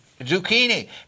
Zucchini